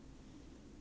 wait I think just